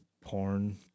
porn